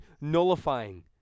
nullifying